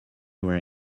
were